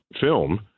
film